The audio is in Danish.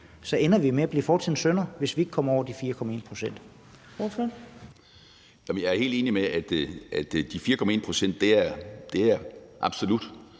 ender vi med at blive fortidens syndere, hvis vi ikke kommer over de 4,1 pct.